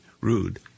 rude